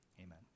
Amen